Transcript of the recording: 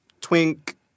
Twink